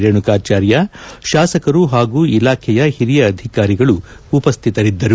ರೇಣುಕಾಚಾರ್ಯ ಶಾಸಕರು ಹಾಗೂ ಇಲಾಖೆಯ ಹಿರಿಯ ಅಧಿಕಾರಿಗಳು ಉಪಸ್ಟಿತರಿದ್ದರು